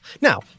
Now